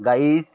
বাইশ